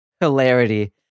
hilarity